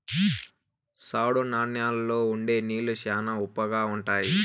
సౌడు న్యాలల్లో ఉండే నీళ్లు శ్యానా ఉప్పగా ఉంటాయి